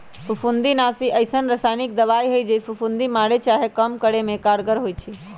फफुन्दीनाशी अइसन्न रसायानिक दबाइ हइ जे फफुन्दी मारे चाहे कम करे में कारगर होइ छइ